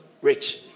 rich